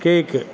cake